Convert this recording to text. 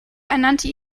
ernannte